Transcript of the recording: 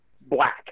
black